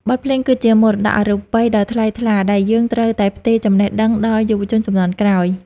បទភ្លេងគឺជាមរតកអរូបិយដ៏ថ្លៃថ្លា ដែលយើងត្រូវតែផ្ទេរចំណេះដឹងដល់យុវជនជំនាន់ក្រោយ។